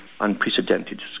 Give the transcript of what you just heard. unprecedented